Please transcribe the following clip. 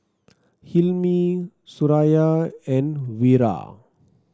Hilmi Suraya and Wira